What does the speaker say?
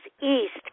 East